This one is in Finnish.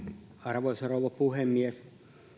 arvoisa rouva puhemies